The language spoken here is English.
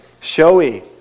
Showy